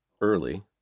early